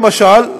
למשל,